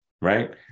Right